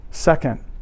Second